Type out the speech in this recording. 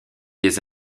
des